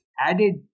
added